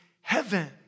heaven